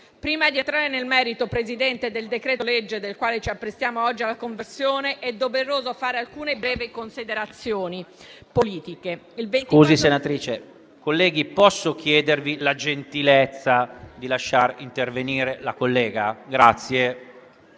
Prima di entrare nel merito del decreto-legge del quale ci apprestiamo oggi alla conversione, è doveroso fare alcune brevi considerazioni politiche.